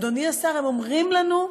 אדוני השר, הם אומרים לנו: